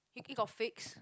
hickey got fix